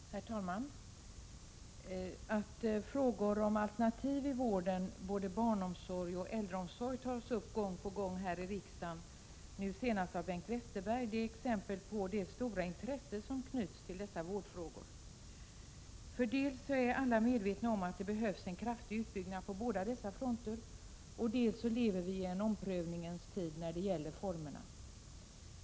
Herr talman! Att frågor om alternativ i vården — både barnomsorg och äldreomsorg — tas upp gång på gång här i riksdagen, nu senast av Bengt Westerberg, är exempel på det stora intresse som knyts till dessa vårdfrågor. Dels är alla medvetna om att det behövs en kraftig utbyggnad på båda dessa fronter, dels lever vi i en omprövningens tid när det gäller formerna.